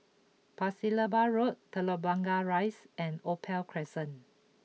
Pasir Laba Road Telok Blangah Rise and Opal Crescent